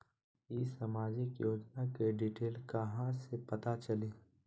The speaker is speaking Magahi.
ई सामाजिक योजना के डिटेल कहा से पता चली?